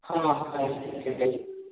ಹಾಂ ಹಾಂ ಹೇಳಿ